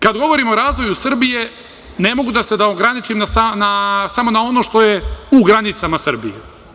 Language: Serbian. Kad govorim o razvoju Srbije, ne mogu da se ograničim samo na ono što je u granicama Srbije.